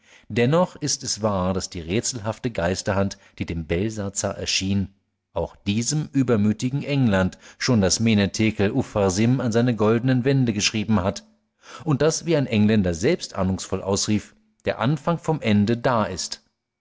dennoch ist es wahr daß die rätselhafte geisterhand die dem belsazar erschien auch diesem übermütigen england schon das mene tekel upharsin an seine goldenen wände geschrieben hat und daß wie ein engländer selbst ahnungsvoll ausrief der anfang vom ende da ist